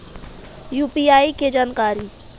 UPI के जानकारी?